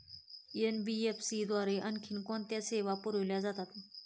NBFC द्वारे आणखी कोणत्या सेवा पुरविल्या जातात?